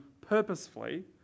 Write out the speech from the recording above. purposefully